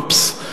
אופס,